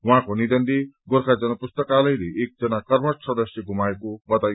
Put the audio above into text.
उहाँको निधनले गोर्खा जनपुस्तकालयले एकजना कर्मठ सदस्य गुमाएको बताए